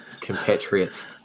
compatriots